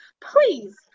please